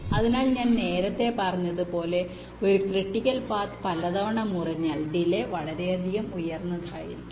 അതിനാൽ ഞാൻ നേരത്തെ പറഞ്ഞതുപോലെ ഒരു ക്രിട്ടിക്കൽ പാത്ത് പലതവണ മുറിഞ്ഞാൽ ഡിലെ വളരെയധികം ഉയർന്നതായിരിക്കും